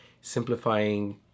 simplifying